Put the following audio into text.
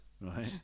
Right